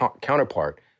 counterpart